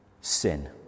sin